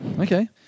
Okay